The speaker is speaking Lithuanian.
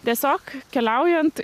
tiesiog keliaujant